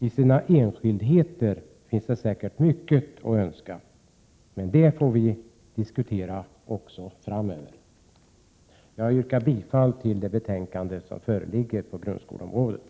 I enskildheter finns det säkerligen mycket övrigt att önska, men det är sådant som vi kommer att få diskutera också framöver. Jag yrkar bifall till utskottets hemställan i förevarande betänkande om grundskolefrågor.